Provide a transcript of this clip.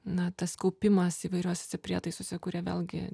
na tas kaupimas įvairiuos prietaisuose kurie vėlgi